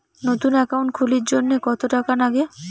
নতুন একাউন্ট খুলির জন্যে কত টাকা নাগে?